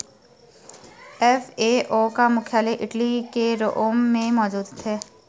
FAO का मुख्यालय Italy के रोम में मौजूद है